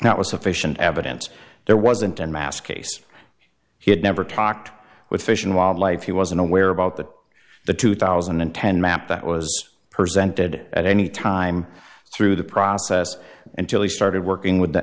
that was sufficient evidence there wasn't and mass case he had never talked with fish and wildlife he wasn't aware about the the two thousand and ten map that was presented at any time through the process until he started working with the